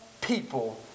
people